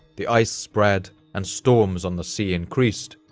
the ice spread, and storms on the sea increased,